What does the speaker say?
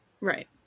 right